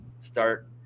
start